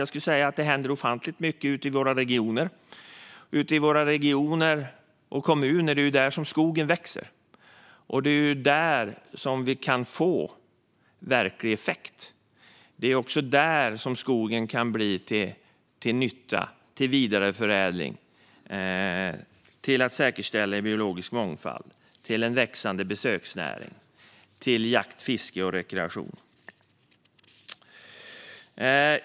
Jag skulle säga att det händer ofantligt mycket ute i våra regioner och kommuner. Det är där skogen växer, och det är där vi kan få verklig effekt. Det är också där skogen kan bli till nytta och användas för vidareförädling, för att säkerställa biologisk mångfald, för en växande besöksnäring och för jakt, fiske och rekreation.